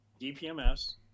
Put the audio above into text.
DPMS